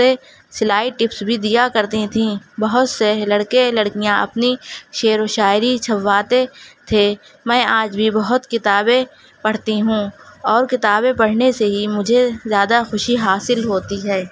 تیں سلائی ٹپس بھی دیا کرتیں تھیں بہت سے لڑکے لڑکیاں اپنی شعر و شاعری چھپواتے تھے میں آج بھی بہت کتابیں پڑھتی ہوں اور کتابیں پڑھنے سے ہی مجھے زیادہ خوشی حاصل ہوتی ہے